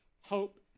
hope